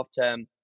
term